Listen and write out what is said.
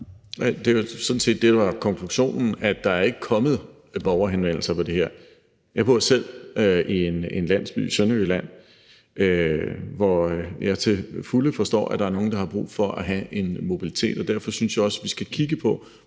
set det, der var konklusionen, nemlig at der ikke er kommet borgerhenvendelser vedrørende det her. Jeg bor selv i en landsby i Sønderjylland, hvor jeg til fulde forstår der er nogle der har brug for at have en mobilitet, og derfor synes jeg også, vi skal kigge på,